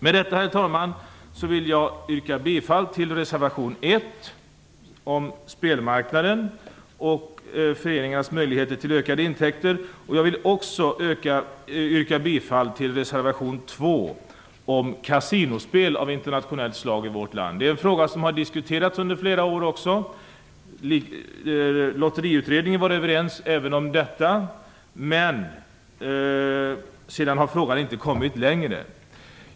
Med detta, herr talman, vill jag yrka bifall till reservation 1 om spelmarknaden och föreningars möjligheter till ökade intäkter. Jag vill också yrka bifall till reservation 2 om kasinospel av internationellt slag i vårt land. Också det är en fråga som har diskuterats under flera år. Lotteriutredningen var överens även om detta, men sedan har frågan inte kommit längre.